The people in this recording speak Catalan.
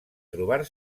trobar